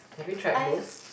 have you tried boost